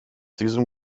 diesem